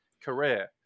career